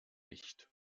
nicht